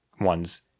ones